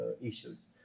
issues